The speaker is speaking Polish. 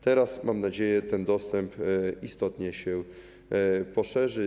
Teraz, mam nadzieję, ten dostęp istotnie się poszerzy,